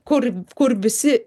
kur kur visi